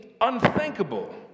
unthinkable